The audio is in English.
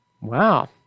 Wow